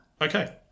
Okay